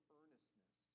earnestness